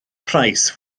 price